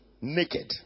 naked